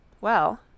Well